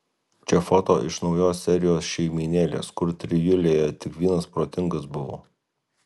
čia foto iš naujos serijos šeimynėlės kur trijulėje tik vienas protingas buvo